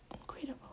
Incredible